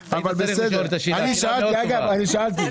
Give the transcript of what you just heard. לחלוטין להוראת השעה הקודמת.